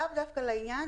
לאו דווקא לעניין.